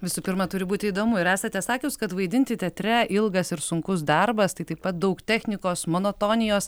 visų pirma turi būti įdomu ir esate sakius kad vaidinti teatre ilgas ir sunkus darbas tai taip pat daug technikos monotonijos